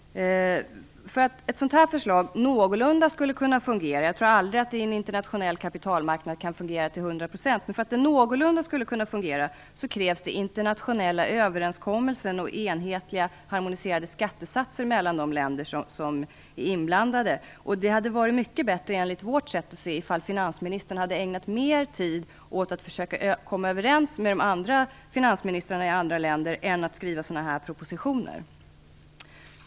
För att ett sådant förslag skulle kunna fungera någorlunda - jag tror aldrig att det kan fungera till hundra procent på en internationell kapitalmarknad - krävs det internationella överenskommelser och enhetliga harmoniserade skattesatser mellan de länder som är inblandade. Det hade enligt vårt sätt att se det varit mycket bättre om finansministern hade ägnat mer tid åt att försöka komma överens med finansministrar i andra länder än åt att skriva sådana här propositioner.